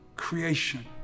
creation